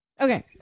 Okay